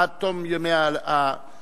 עד תום ימי האבל,